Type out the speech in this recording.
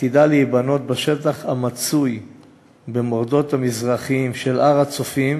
עתידה להיבנות בשטח המצוי במורדות המזרחיים של הר-הצופים